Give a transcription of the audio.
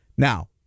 Now